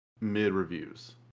mid-reviews